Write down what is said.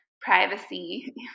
privacy